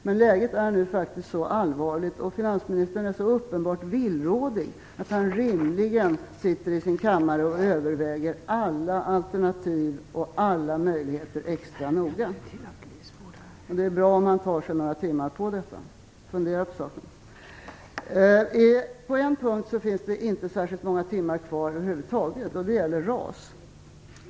Men läget är nu så allvarligt och finansministern så uppenbart villrådig att han rimligen sitter på sin kammare och överväger alla alternativ och möjligheter extra noga. Det är bra om han tar sig några timmar och funderar på detta. På en punkt finns det inte särskilt många timmar kvar över huvud taget. Det gäller RAS.